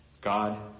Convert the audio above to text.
God